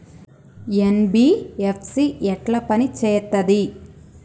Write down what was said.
NBFC ఎట్ల పని చేత్తది?